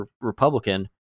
Republican